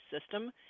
system